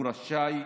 והוא רשאי